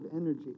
energy